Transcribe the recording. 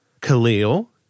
Khalil